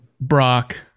Brock